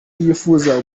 yifuza